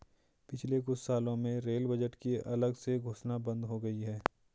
पिछले कुछ सालों में रेल बजट की अलग से घोषणा बंद हो गई है